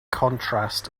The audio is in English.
contrast